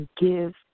give